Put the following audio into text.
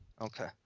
Okay